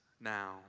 now